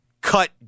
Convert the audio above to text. cut